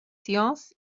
sciences